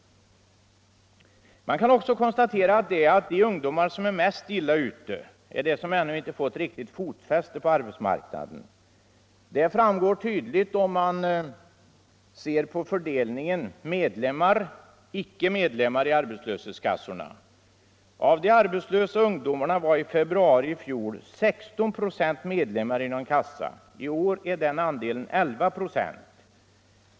Man kan också konstatera att de ungdomar som är mest illa ute är de som ännu inte fått riktigt fotfäste på arbetsmarknaden. Det framgår tydligt om man ser på fördelningen medlemmar-icke-medlemmar i arbetslöshetskassor. Av de arbetslösa ungdomarna var i februari i fjol 16 96 medlemmar i någon kassa. I år är den andelen 11 96.